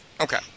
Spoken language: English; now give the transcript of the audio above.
okay